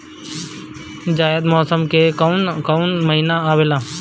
जायद मौसम में कौन कउन कउन महीना आवेला?